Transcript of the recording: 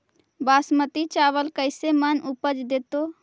बासमती चावल कैसे मन उपज देतै?